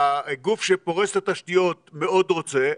הגוף שפורס את התשתיות מאוד רוצה,